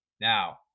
Now